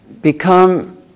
become